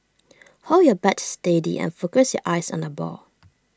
hold your bat steady and focus your eyes on the ball